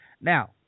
Now